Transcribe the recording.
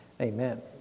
Amen